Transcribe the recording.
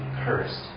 cursed